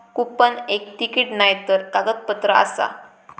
coupon एक ticket नायतर कागदपत्र आसा